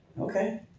Okay